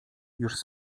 już